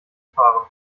fahren